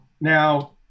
Now